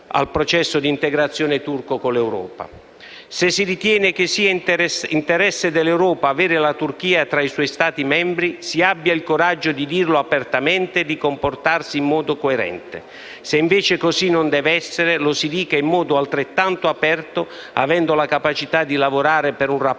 Se si ritiene che sia interesse dell'Europa avere la Turchia tra i suoi Stati membri, si abbia il coraggio di dirlo apertamente e di comportarsi in modo coerente. Se invece così non deve essere, lo si dica in modo altrettanto aperto, avendo la capacità di lavorare per un rapporto